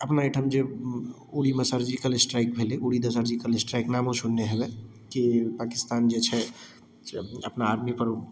अपना अइ ठाम जे उड़ी मे सर्जिकल स्ट्राइक भेलइ उड़ी के सर्जिकल स्ट्राइक नामो सुनने हेबइ कि पाकिस्तान जे छै जब अपना आदमीपर